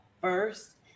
first